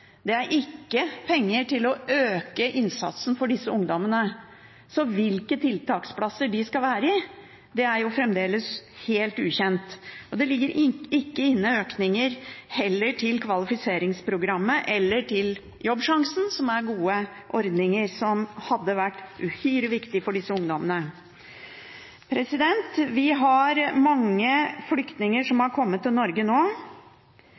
det er ikke penger til å øke innsatsen for disse ungdommene. Så hvilke tiltaksplasser de skal være i, er fremdeles helt ukjent, og det ligger heller ikke inne økninger til Kvalifiseringsprogrammet eller til Jobbsjansen, som er gode ordninger som hadde vært uhyre viktige for disse ungdommene. Vi har mange flyktninger som har kommet til Norge nå.